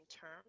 term